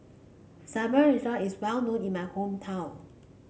is well known in my hometown